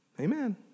Amen